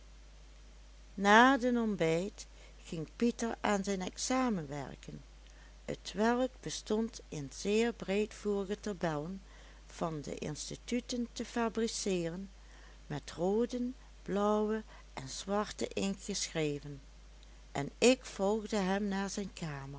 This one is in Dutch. na den ontbijt ging pieter aan zijn examen werken t welk bestond in zeer breedvoerige tabellen van de instituten te fabriceeren met rooden blauwen en zwarten inkt geschreven en ik volgde hem naar zijn kamer